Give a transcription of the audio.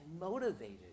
motivated